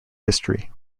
history